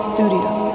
Studios